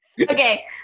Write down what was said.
Okay